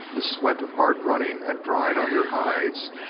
the sweat of hard running had dried on their hides,